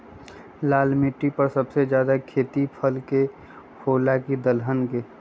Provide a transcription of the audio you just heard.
लाल मिट्टी पर सबसे ज्यादा खेती फल के होला की दलहन के?